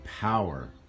power